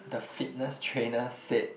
the fitness trainer said